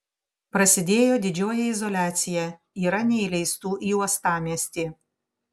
prasidėjo didžioji izoliacija yra neįleistų į uostamiestį